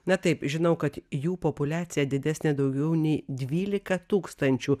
na taip žinau kad jų populiacija didesnė daugiau nei dvylika tūkstančių